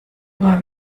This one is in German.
immer